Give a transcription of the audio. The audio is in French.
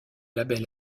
label